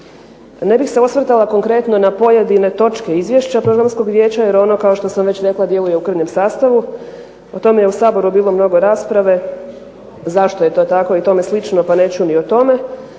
Ne bih se osvrtala konkretno na pojedine točke izvješća Programskog vijeća, jer ono kao što sam rekla djeluje u krnjem sastavu. O tome je u Saboru bilo dosta rasprave, zašto je to tako i tome slično, pa neću ni o tome.